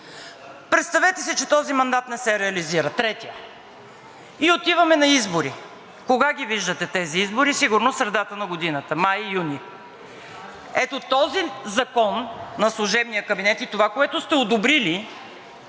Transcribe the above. Представете си, че този мандат не се реализира – третият, и отиваме на избори, кога ги виждате тези избори? Сигурно средата на годината – май, юни. Ето този закон на служебния кабинет и това, което сте одобрили